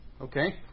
Okay